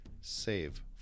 save